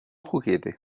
juguete